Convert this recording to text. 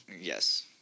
Yes